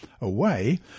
away